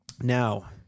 Now